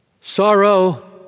Sorrow